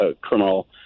criminal